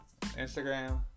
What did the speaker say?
Instagram